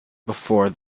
before